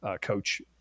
coach